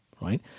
right